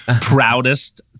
proudest